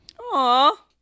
Aw